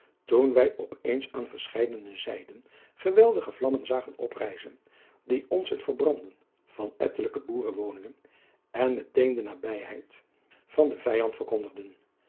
toen wij op eens aan verscheidene zijden geweldige vlammen zagen oprijzen die ons het verbranden van ettelijke boerenwoningen en meteen de nabijheid van den vijand verkondigden